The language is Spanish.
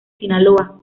sinaloa